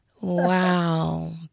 Wow